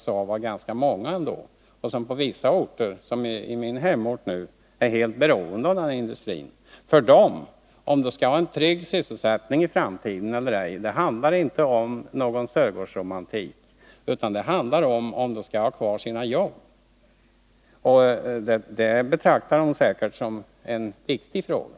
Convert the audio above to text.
På vissa orter, som t.ex. på min hemort, är de helt beroende av denna industri. För dem handlar frågan om huruvida de skall ha en trygg sysselsättning i framtiden eller ej. Det gäller inte någon Sörgårdsromantik utan om huruvida de skall ha kvar sina jobb. Det betraktar de säkerligen som en viktig fråga.